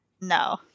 No